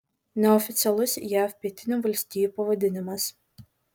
neoficialus jav pietinių valstijų pavadinimas